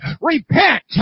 repent